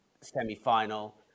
semi-final